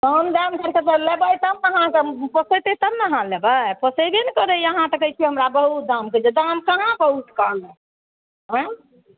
कम दाम लेबय तब अहाँके पोसेतय तब ने अहाँ लेबय पोसेबे ने करैये अहाँ तऽ कहय छियै हमरा बहुत दाम कहय छै दाम कहाँ बहुत कम हइ आँइ